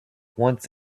once